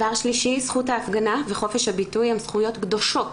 זכות ההפגנה וחופש הביטוי הן זכויות קדושות,